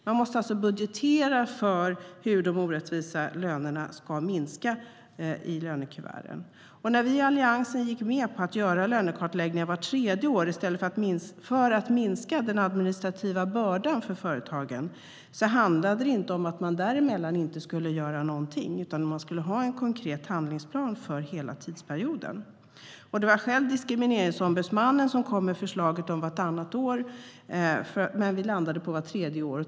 Det måste göras en budgetering för hur de orättvisa löneskillnaderna ska minska i lönekuverten. När vi i Alliansen gick med på lönekartläggningar vart tredje år för att minska den administrativa bördan för företagen handlade det inte om att man däremellan inte skulle göra någonting utan om att det skulle finnas en konkret handlingsplan för hela tidsperioden. Det var Diskrimineringsombudsmannen som kom med förslaget om en kartläggning vartannat år, men vi landade på vart tredje år.